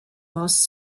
most